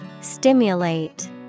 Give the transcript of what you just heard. Stimulate